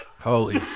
Holy